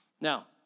Now